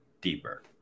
deeper